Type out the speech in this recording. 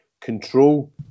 control